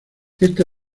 esta